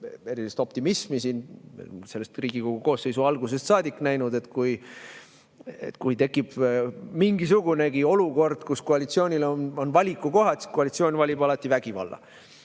erilist optimismi. Selle Riigikogu koosseisu algusest saadik [olen] näinud, et kui tekib mingisugunegi olukord, kus koalitsioonil on valikukoht, siis koalitsioon valib alati vägivalla.